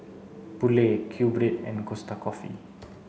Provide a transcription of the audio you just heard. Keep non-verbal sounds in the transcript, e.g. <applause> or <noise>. Poulet QBread and Costa Coffee <noise>